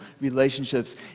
relationships